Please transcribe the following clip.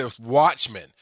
watchmen